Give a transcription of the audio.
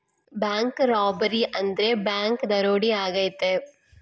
bank robbery ಅಂದ್ರೆ bank ದರೋಡೆ ಆಗೈತೆ